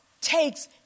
takes